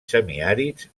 semiàrids